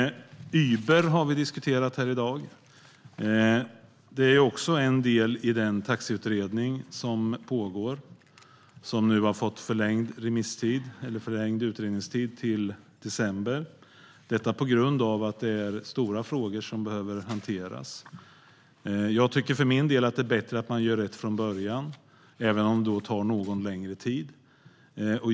Uber har vi diskuterat här i dag. Det är också en del i den taxiutredning som pågår och som nu har fått förlängd utredningstid till december, detta på grund av att det är stora frågor som behöver hanteras. Jag tycker för min del att det är bättre att man gör rätt från början, även om det tar något längre tid.